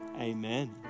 amen